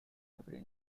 every